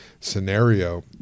scenario